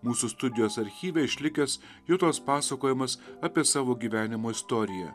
mūsų studijos archyve išlikęs jutos pasakojimas apie savo gyvenimo istoriją